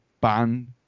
ban